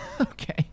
okay